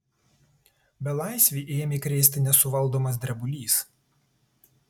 belaisvį ėmė krėsti nesuvaldomas drebulys